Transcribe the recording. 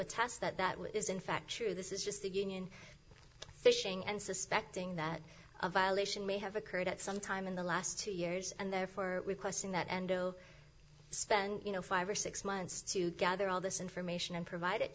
attest that that is in fact true this is just the union fishing and suspecting that a violation may have occurred at some time in the last two years and therefore requesting that endo spend you know five or six months to gather all this information and provide